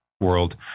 world